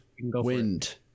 Wind